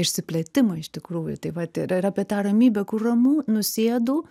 išsiplėtimą iš tikrųjų tai vat ir ir apie tą ramybę kur ramu nu sėdu